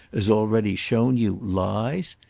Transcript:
as already shown you, lies?